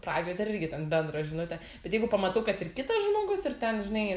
pradžioj dar irgi ten bendrą žinutę bet jeigu pamatau kad ir kitas žmogus ir ten žinai